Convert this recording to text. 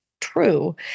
true